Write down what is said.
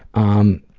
um,